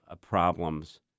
problems